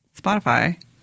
Spotify